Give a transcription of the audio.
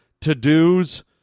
to-do's